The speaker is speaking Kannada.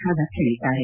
ಬಾದರ್ ಹೇಳದ್ದಾರೆ